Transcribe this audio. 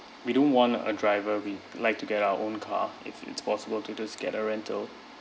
we don't want a driver we like to get our own car if it's possible to just get a rental